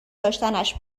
داشتنش